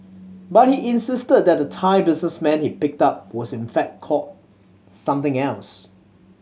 but he insisted that the Thai businessman he picked up was in fact called something else